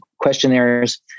questionnaires